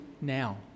now